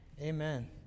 amen